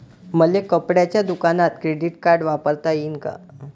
मले कपड्याच्या दुकानात क्रेडिट कार्ड वापरता येईन का?